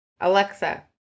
Alexa